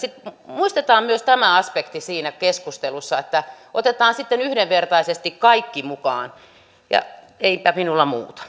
muistetaan myös tämä aspekti siinä keskustelussa että otetaan sitten yhdenvertaisesti kaikki mukaan eipä minulla muuta